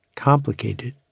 complicated